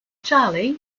charley